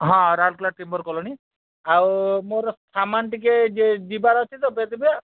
ହଁ Rourkela timber colony ଆଉ ମୋର ସାମାନ ଟିକେ ଯିବାର ଅଛି ତ ସେଥିପାଇଁ